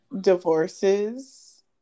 divorces